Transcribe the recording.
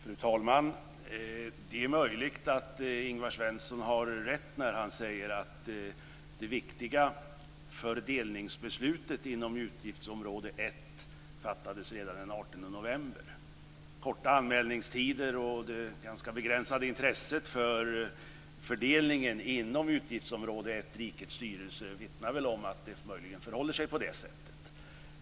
Fru talman! Det är möjligt att Ingvar Svensson har rätt när han säger att det viktiga fördelningsbeslutet inom utgiftsområde 1 fattades redan den 18 november. Korta anmälningstider och det ganska begränsade intresset för fördelningen inom utgiftsområde 1 Rikets styrelse vittnar väl om att det möjligen förhåller sig på det sättet.